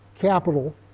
capital